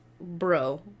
bro